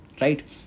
Right